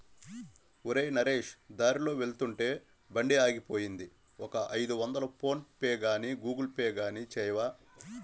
ఒరేయ్ నరేష్ దారిలో వెళ్తుంటే బండి ఆగిపోయింది ఒక ఐదొందలు ఫోన్ పేగానీ గూగుల్ పే గానీ చేయవా